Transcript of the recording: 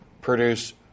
produce